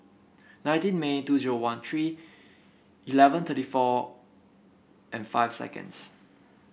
nineteen May two zero one three eleven thirty four and five seconds